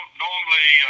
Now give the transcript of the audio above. normally